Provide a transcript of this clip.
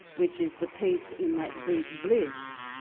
which is the peace in that deep bliss,